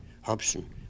Hobson